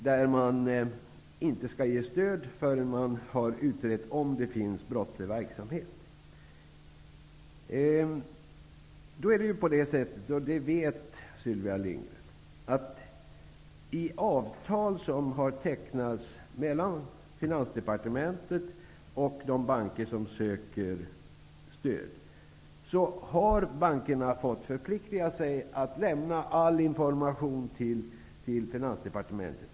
Stöd skall inte ges innan man har utrett om det har förekommit brottslig verksamhet. Sylvia Lindgren vet att i avtal som har tecknats mellan Finansdepartementet och de banker som söker stöd, har bankerna fått förplikta sig att lämna all information till Finansdepartementet.